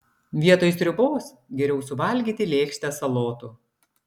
vietoj sriubos geriau suvalgyti lėkštę salotų